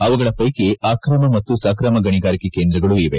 ಅವುಗಳ ವೈಕಿ ಆಕ್ರಮ ಮತ್ತು ಸಕ್ರಮ ಗಣಿಗಾರಿಕೆ ಕೇಂದ್ರಗಳೂ ಇವೆ